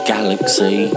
Galaxy